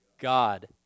God